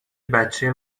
بچه